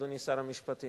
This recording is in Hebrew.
אדוני שר המשפטים.